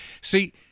See